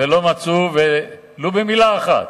ולא מצאו ולו במלה אחת,